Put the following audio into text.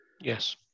Yes